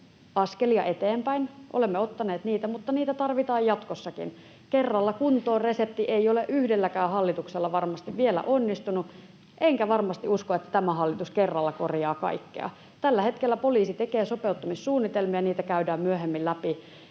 askelia eteenpäin, olemme ottaneet niitä, mutta niitä tarvitaan jatkossakin. Kerralla kuntoon ‑resepti ei ole yhdelläkään hallituksella varmasti vielä onnistunut, enkä usko, että tämä hallitus kerralla korjaa kaikkea. Tällä hetkellä poliisi tekee sopeuttamissuunnitelmia, niitä käydään myöhemmin läpi,